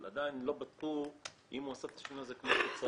אבל עדיין לא בדקו אם הוא עשה את השינוי הזה כפי שצריך.